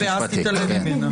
ואז תתעלם מחוות-הדעת.